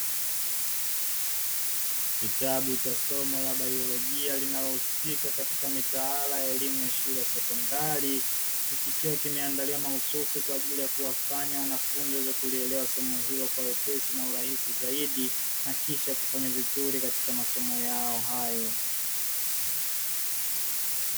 Kitabu cha Somo la baiolojia linalohusika katika mitaala ya elimu ya shule yasekondari, kikiwa kimeandaliwa mahususi kwa ajilii ya kuwafanya wanafunzi waweze kulielewa Somo hilo kwa wepesi na kwa ufanisi zaidi, na kisha kufanya vizuri katika masomo yao hayo.